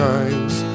eyes